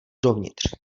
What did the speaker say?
dovnitř